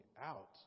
out